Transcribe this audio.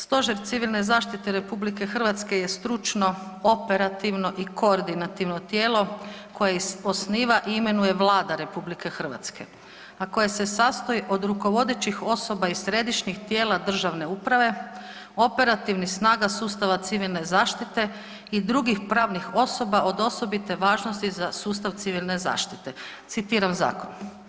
Stožer civilne zaštite Republike Hrvatske je stručno, operativno i koordinativno tijelo, koje osniva i imenuje Vlada Republike Hrvatske, a koje se sastoji od rukovodećih osoba iz središnjih tijela državne uprave, operativnih snaga sustava civilne zaštite i drugih pravnih osoba od osobite važnosti za sustav civilne zaštite.“, citiram Zakon.